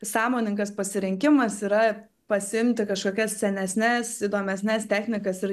sąmoningas pasirinkimas yra pasiimti kažkokias senesnes įdomesnes technikas ir